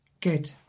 good